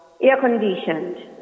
air-conditioned